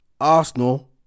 Arsenal